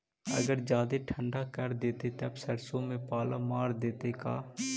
अगर जादे ठंडा कर देतै तब सरसों में पाला मार देतै का?